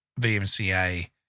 VMCA